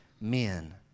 men